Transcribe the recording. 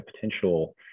potential